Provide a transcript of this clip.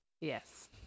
Yes